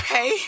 Hey